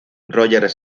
roger